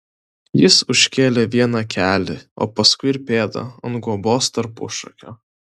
jis užkėlė vieną kelį o paskui ir pėdą ant guobos tarpušakio